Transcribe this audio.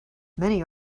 many